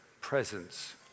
presence